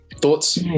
thoughts